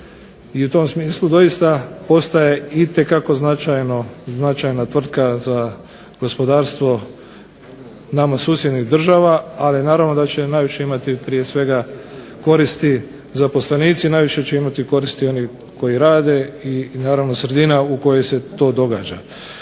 i u tom smislu postaje itekako značajna tvrtka za gospodarstvo nama susjednih država ali naravno da će najviše imati prije svega koristi zaposlenici, najviše će imati koristi oni koji rade i naravno sredina u kojoj se to događa.